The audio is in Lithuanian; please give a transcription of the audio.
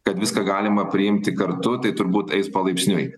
kad viską galima priimti kartu tai turbūt eis palaipsniui